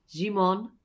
Jimon